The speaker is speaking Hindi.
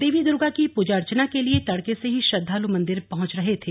देवी दूर्गा की पूजा अर्चना के लिए तड़के से ही श्रद्वालू मंदिर पहुँच रहे थे